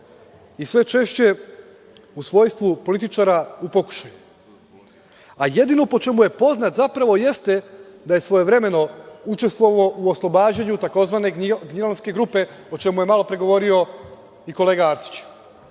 i sve češće u svojstvu političara u pokušaju. Jedino po čemu je poznat zapravo jeste da je svojevremeno učestvovao u oslobađanju tzv. Gnjilanske grupe, o čemu je malopre govorio i kolega Arsić.